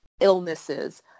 illnesses